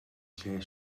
lle